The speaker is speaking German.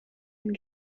ein